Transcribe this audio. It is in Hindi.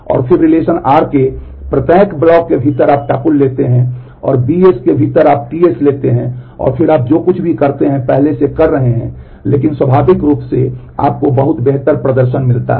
इसलिए रिलेशन r के प्रत्येक ब्लॉक के भीतर आप tuple लेते हैं और bs के भीतर आप tS लेते हैं और फिर आप जो कुछ भी करते हैं पहले कर रहे हैं लेकिन स्वाभाविक रूप से आपको बहुत बेहतर प्रदर्शन मिलता है